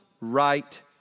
right